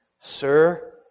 Sir